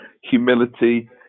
humility